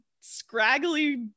scraggly